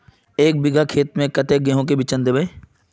एक बिगहा खेत में कते गेहूम के बिचन दबे?